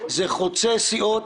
זה חוצה סיעות.